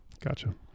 Gotcha